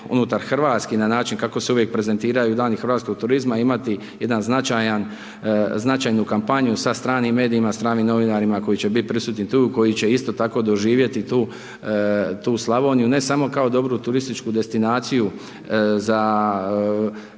unutar Hrvatske i na način kako se uvijek prezentiraju dani hrvatskog turizma imati jedan značajan, značajnu kampanju sa stranim medijima, stranim novinarima koji će biti prisutni tu, koji će isto tako doživjeti tu Slavoniju ne samo kao dobru turističku destinaciju za